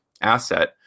asset